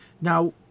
Now